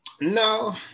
No